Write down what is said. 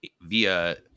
via